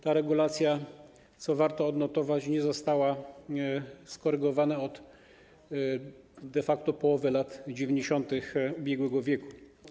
Ta regulacja, co warto odnotować, nie została skorygowana de facto od połowy lat 90. ubiegłego wieku.